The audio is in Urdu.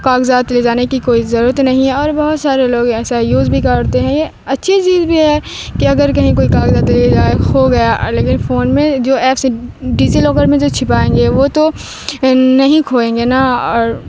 کاغذات لے جانے کی کوئی ضرورت نہیں ہے اور بہت سارے لوگ ایسا یوز بھی کرتے ہیں یہ اچھی چیز بھی ہے کہ اگر کہیں کوئی کاغذات لے جائے کھو گیا لیکن فون میں جو ایپس ڈیزی لاکر میں جو چھپائیں گے وہ تو نہیں کھوئیں گے نا اور